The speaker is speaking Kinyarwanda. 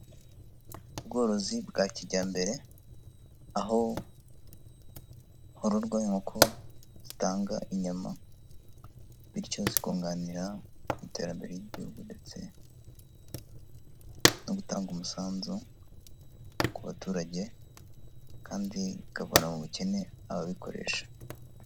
Ubworozi bwa kijyambere, aho hororwa inkoko zitanga inyama bityo zikunganira ku iterambere ry'igihugu, ndetse no gutanga umusanzu ku baturage, kandi bikavana mu bukene ababikoresha.